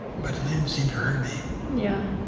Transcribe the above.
but it didn't seem to hurt me yeah.